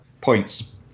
points